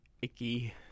icky